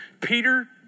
Peter